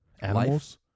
Animals